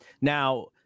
now